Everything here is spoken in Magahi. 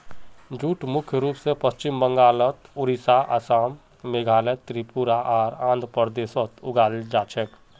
जूट मुख्य रूप स पश्चिम बंगाल, ओडिशा, असम, मेघालय, त्रिपुरा आर आंध्र प्रदेशत उगाल जा छेक